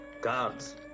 Guards